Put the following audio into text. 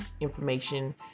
information